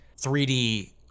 3D